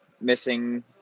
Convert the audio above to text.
missing